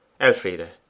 Elfride